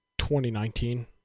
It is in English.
2019